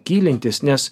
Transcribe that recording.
gilintis nes